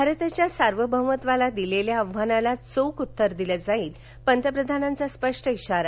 भारताच्या सार्वभौमत्वाला दिलेल्या आव्हानाला चोख उत्तर दिलं जाईल पंतप्रधानांचा स्पष्ट इशारा